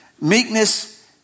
meekness